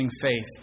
faith